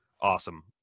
awesome